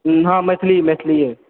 हँ मेथिली मैथलिये